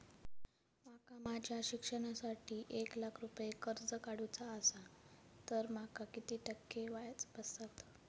माका माझ्या शिक्षणासाठी एक लाख रुपये कर्ज काढू चा असा तर माका किती टक्के व्याज बसात?